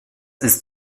ist